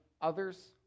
others